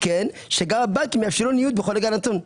אז שגם הם יאפשרו ניוד בכל רגע נתון,